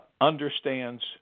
understands